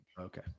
Okay